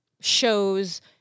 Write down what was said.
shows